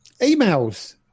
emails